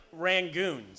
Rangoons